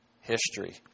history